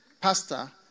pastor